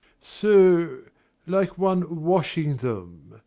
so like one washing them.